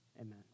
amen